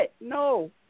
No